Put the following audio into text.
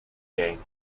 game